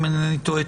אם אינני טועה,